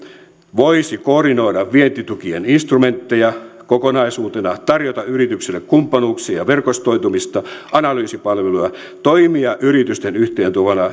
voisi koordinoida vientitukien instrumentteja kokonaisuutena tarjota yrityksille kumppanuuksia ja verkostoitumista analyysipalveluja toimia yrityksiä yhteen tuovana